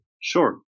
Sure